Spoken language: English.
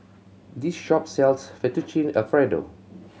this shop sells Fettuccine Alfredo